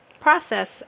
process